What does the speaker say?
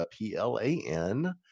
P-L-A-N